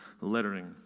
lettering